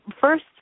first